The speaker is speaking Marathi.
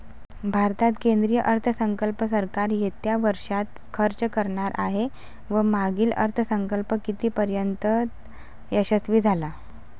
भारतात केंद्रीय अर्थसंकल्प सरकार येत्या वर्षात खर्च करणार आहे व मागील अर्थसंकल्प कितीपर्तयंत यशस्वी झाला